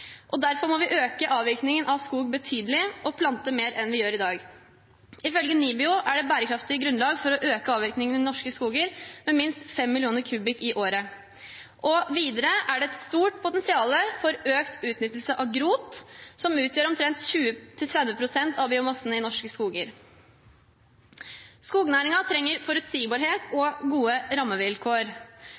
Derfor må vi øke avvirkningen av skog betydelig og plante mer enn vi gjør i dag. Ifølge NIBIO er det bærekraftig grunnlag for å øke avvirkningen i norske skoger med minst 5 millioner kubikk i året. Videre er det et stort potensial for økt utnyttelse av grot, som utgjør omtrent 20–30 pst. av biomassen i norske skoger. Skognæringen trenger forutsigbarhet og gode rammevilkår.